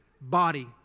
body